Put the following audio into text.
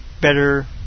better